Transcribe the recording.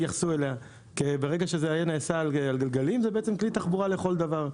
כי ברגע שזה נעשה על גלגלים זה בעצם כלי תחבורה לכל דבר.